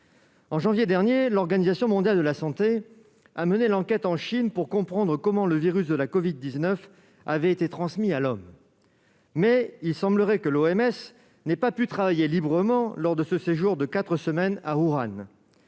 En janvier dernier, l'Organisation mondiale de la santé, l'OMS, a mené l'enquête en Chine pour comprendre comment le virus de la covid-19 avait été transmis à l'homme. Toutefois, il semblerait que cette organisation n'ait pu travailler librement lors de ce séjour de quatre semaines à Wuhan.